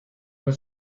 was